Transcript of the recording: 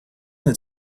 that